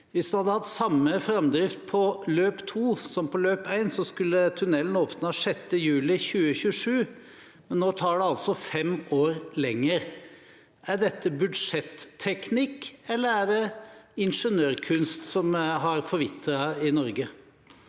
Hvis en hadde hatt samme framdrift på løp 2 som på løp 1, skulle tunnelen åpnet 6. juli 2027, men nå tar det altså fem år lenger. Er dette budsjetteknikk, eller er det ingeniørkunst som har forvitret i Norge?